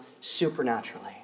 supernaturally